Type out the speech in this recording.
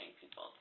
people